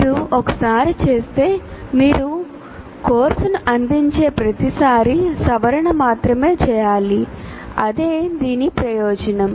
మీరు ఒకసారి చేస్తే మీరు కోర్సును అందించే ప్రతిసారీ సవరణ మాత్రమే చేయాలి అడే దీని ప్రయోజనం